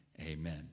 Amen